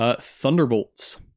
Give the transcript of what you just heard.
Thunderbolts